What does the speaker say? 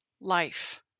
life